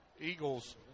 eagles